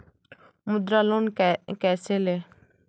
मुद्रा लोन कैसे ले?